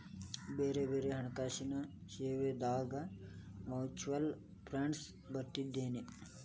ಬ್ಯಾರೆ ಬ್ಯಾರೆ ಹಣ್ಕಾಸಿನ್ ಸೇವಾದಾಗ ಮ್ಯುಚುವಲ್ ಫಂಡ್ಸ್ ಬರ್ತದೇನು?